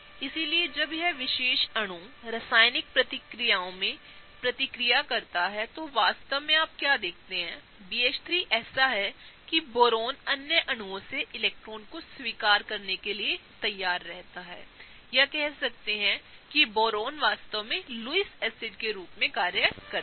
इसलिए जब यह विशेष अणु रासायनिक प्रतिक्रियाओं में प्रतिक्रिया करता है तो आप वास्तव में क्या देखते हैं कि BH3ऐसा है कि बोरोन अन्य अणुओं से इलेक्ट्रॉनों को स्वीकार करने के लिए तैयार है और यहां बोरान वास्तव में लुईस एसिड के रूप में कार्य करता है